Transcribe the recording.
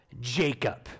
Jacob